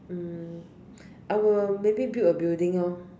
mm I will maybe build a building loh